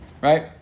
right